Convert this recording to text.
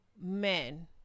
men